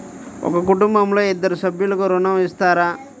ఒక కుటుంబంలో ఇద్దరు సభ్యులకు ఋణం ఇస్తారా?